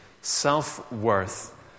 self-worth